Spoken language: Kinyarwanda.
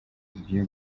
zigiye